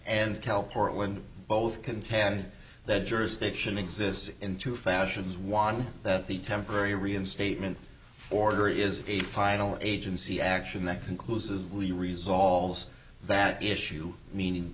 and cal portland both contend that jurisdiction exists in two fashions won that the temporary reinstatement order is a final agency action that conclusively resolves that issue meaning